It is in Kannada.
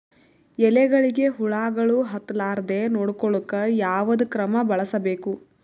ಎಲೆಗಳಿಗ ಹುಳಾಗಳು ಹತಲಾರದೆ ನೊಡಕೊಳುಕ ಯಾವದ ಕ್ರಮ ಬಳಸಬೇಕು?